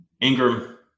Ingram